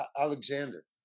Alexander